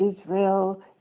Israel